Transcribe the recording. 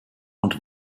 und